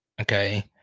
Okay